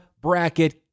bracket